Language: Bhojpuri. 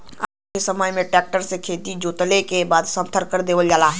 आज के समय में ट्रक्टर से खेत के जोतले के बाद समथर कर देवल जाला